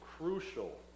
Crucial